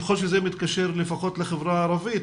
ככל שזה מתקשר לפחות לחברה הערבית,